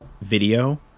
video